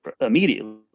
immediately